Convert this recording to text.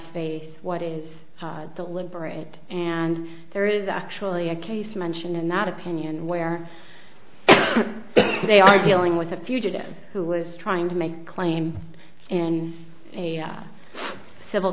faith what is the liberated and there is actually a case mentioned in that opinion where they are dealing with a fugitive who was trying to make a claim in a civil